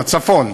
בצפון,